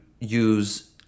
use